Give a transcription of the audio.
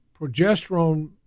progesterone